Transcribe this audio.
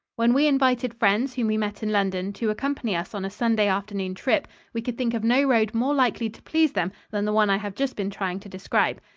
when we invited friends whom we met in london to accompany us on a sunday afternoon trip, we could think of no road more likely to please them than the one i have just been trying to describe.